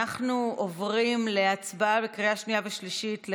אנחנו עוברים להצבעה בקריאה שנייה ושלישית על